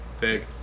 Big